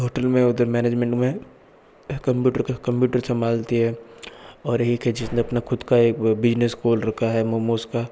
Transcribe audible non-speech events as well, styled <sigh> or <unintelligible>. hotel में उधर management में कंप्यूटर का कंप्यूटर संभालती है और <unintelligible> खुद का एक बिजनेस खोल रखा है मोमोस का